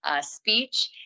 speech